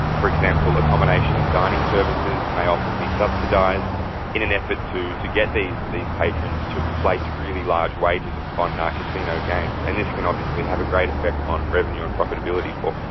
for example, accommodation and dining services may often be subsidised in an effort to to get these these patrons to place really large wagers on casino games, and this can obviously have a great effect on revenue and profitability for